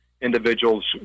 individuals